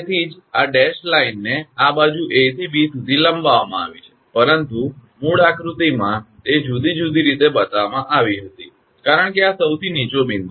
તેથી જ આ ડેશડ લાઇનને આ બાજુ 𝐴 થી 𝐵 સુધી લંબાવવામાં આવી છે પરંતુ મૂળ આકૃતિમાં તે જુદી જુદી રીતે બતાવવામાં આવી હતી કારણ કે આ સૌથી નીચો બિંદુ છે